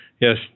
Yes